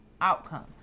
outcome